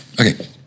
Okay